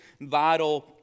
vital